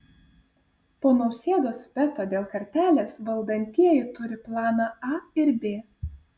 po nausėdos veto dėl kartelės valdantieji turi planą a ir b